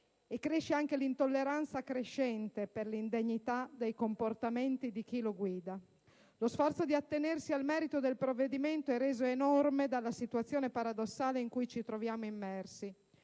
e cresce anche l'intolleranza crescente per l'indegnità dei comportamenti di chi lo guida. Lo sforzo di attenersi al merito del provvedimento è reso enorme dalla situazione paradossale in cui ci troviamo immersi,